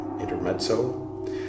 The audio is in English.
intermezzo